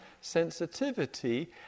sensitivity